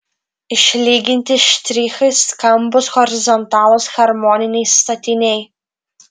išlyginti štrichai skambūs horizontalūs harmoniniai statiniai